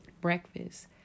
breakfast